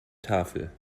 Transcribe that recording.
tafel